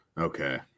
okay